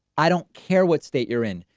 i don't care what state you're in.